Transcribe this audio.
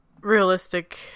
realistic